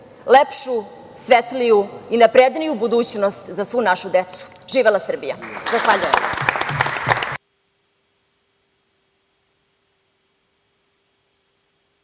lepšu, svetliju i napredniju budućnost za našu decu. Živela Srbija. Zahvaljujem.